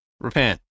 repent